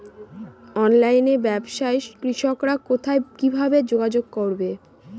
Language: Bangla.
অনলাইনে ব্যবসায় কৃষকরা কোথায় কিভাবে যোগাযোগ করবে?